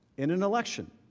in an election.